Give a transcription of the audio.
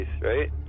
right